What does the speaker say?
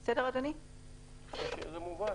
זה מובן.